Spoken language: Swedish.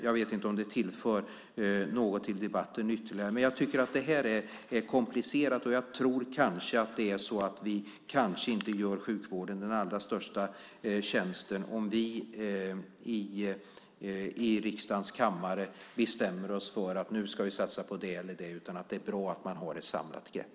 Jag vet inte om det tillför något ytterligare till debatten. Men jag tycker att detta är komplicerat, och vi gör kanske inte sjukvården den allra största tjänsten om vi i riksdagens kammare bestämmer oss för att vi nu ska satsa på det ena eller det andra, utan det är bra att man har ett samlat grepp.